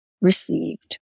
received